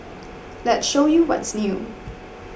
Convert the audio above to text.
let's show you what's new